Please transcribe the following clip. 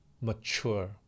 mature